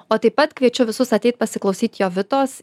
o taip pat kviečiu visus ateit pasiklausyt jovitos